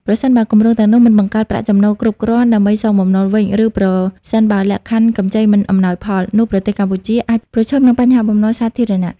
ប្រសិនបើគម្រោងទាំងនោះមិនបង្កើតប្រាក់ចំណូលគ្រប់គ្រាន់ដើម្បីសងបំណុលវិញ ឬប្រសិនបើលក្ខខណ្ឌកម្ចីមិនអំណោយផល នោះប្រទេសកម្ពុជាអាចប្រឈមនឹងបញ្ហាបំណុលសាធារណៈ។